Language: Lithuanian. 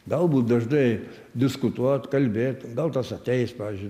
galbūt dažnai diskutuot kalbėt gal tas ateis pavyzdžiui